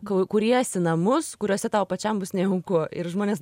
k kuriesi namus kuriuose tau pačiam bus nejauku ir žmonės